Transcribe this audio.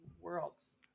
worlds